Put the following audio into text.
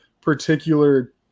particular